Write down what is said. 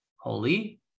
holy